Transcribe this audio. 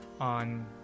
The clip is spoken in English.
on